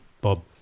bob